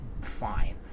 fine